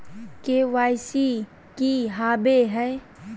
KYC की हॉबे हय?